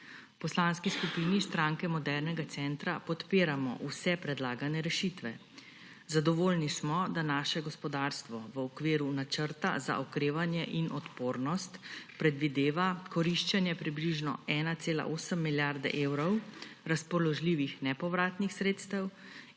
Poslanski skupini Stranke modernega centra podpiramo vse predlagane rešitve. Zadovoljni smo, da naše gospodarstvo v okviru Načrta za okrevanje in odpornost predvideva koriščenje približno 1,8 milijarde evrov razpoložljivih nepovratnih sredstev